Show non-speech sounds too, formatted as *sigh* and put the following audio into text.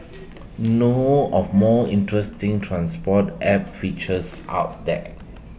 *noise* know of more interesting transport app features out there